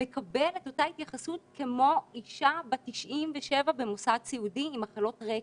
מקבל את אותה התייחסות כמו אישה בת 97 במוסד סיעודי עם מחלות רקע.